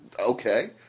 Okay